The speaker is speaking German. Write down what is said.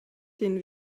den